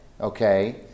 okay